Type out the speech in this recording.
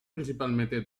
principalmente